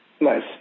Nice